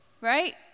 right